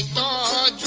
da